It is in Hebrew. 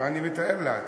אני מתאר לעצמי.